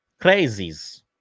Crazies